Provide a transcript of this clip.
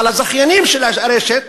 אבל הזכיינים של הרשת